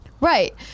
Right